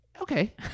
Okay